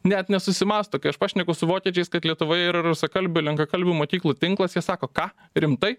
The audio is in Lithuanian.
net nesusimąsto kai aš pašneku su vokiečiais kad lietuvoje yra rusakalbių lenkakalbių mokyklų tinklas jie sako ką rimtai